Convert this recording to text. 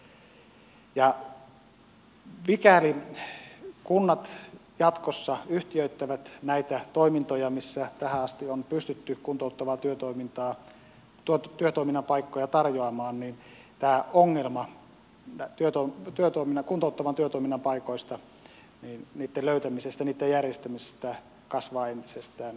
mikäli kunnat jatkossa yhtiöittävät näitä toimintoja missä tähän asti on pystytty kuntouttavan työtoiminnan paikkoja tarjoamaan niin tämä ongelma kuntouttavan työtoiminnan paikoista niitten löytämisestä niitten järjestämisestä kasvaa entisestään